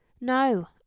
No